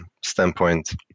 standpoint